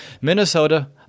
Minnesota